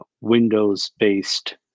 Windows-based